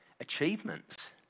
achievements